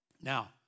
Now